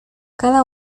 cada